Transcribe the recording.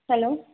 hello